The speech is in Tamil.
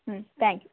ம் தேங்க் யூ